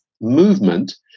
movement